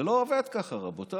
זה לא עובד ככה, רבותיי.